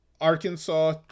Arkansas